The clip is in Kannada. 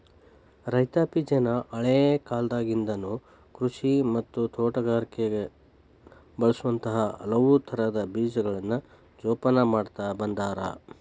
ರೈತಾಪಿಜನ ಹಳೇಕಾಲದಾಗಿಂದನು ಕೃಷಿ ಮತ್ತ ತೋಟಗಾರಿಕೆಗ ಬಳಸುವಂತ ಹಲವುತರದ ಬೇಜಗಳನ್ನ ಜೊಪಾನ ಮಾಡ್ತಾ ಬಂದಾರ